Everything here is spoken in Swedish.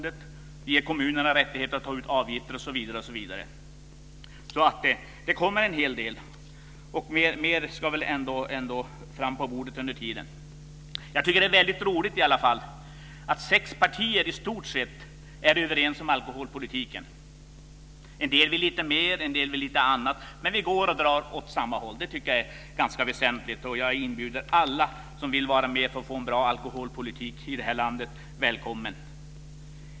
Vi ger kommunerna rättigheter att ta ut avgifter, osv. Det kommer alltså en hel del. Och mer ska väl ändå fram på bordet under tiden. Jag tycker att det är mycket roligt att sex partier i stort sett är överens om alkoholpolitiken. En del vill lite mer, en del vill lite annat, men vi drar åt samma håll, vilket jag tycker är ganska väsentligt. Och jag inbjuder alla som vill vara med för att se till att vi ska få en bra alkoholpolitik i det här landet. De är välkomna.